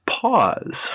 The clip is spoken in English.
pause